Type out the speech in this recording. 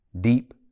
Deep